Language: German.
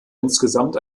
insgesamt